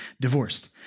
divorced